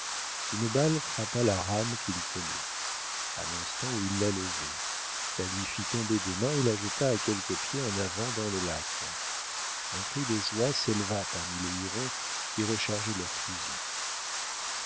une balle frappa la rame qu'il tenait à l'instant où il la levait la lui fit tomber des mains et la jeta à quelques pieds en avant dans le lac un cri de joie s'éleva parmi les hurons qui rechargeaient leurs fusils